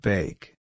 Bake